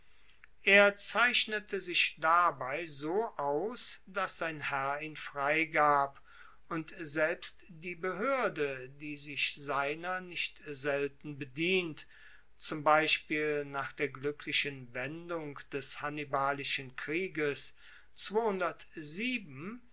er zeichnete sich dabei so aus dass sein herr ihn freigab und selbst die behoerde die sich seiner nicht selten bedient zum beispiel nach der gluecklichen wendung des hannibalischen krieges